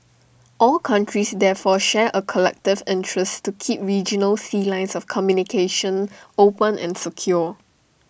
all countries therefore share A collective interest to keep regional sea lines of communication open and secure